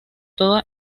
todo